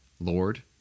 Lord